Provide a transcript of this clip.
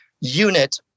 unit